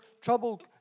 trouble